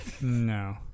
No